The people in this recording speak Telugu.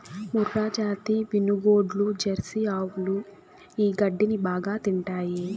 మూర్రాజాతి వినుగోడ్లు, జెర్సీ ఆవులు ఈ గడ్డిని బాగా తింటాయి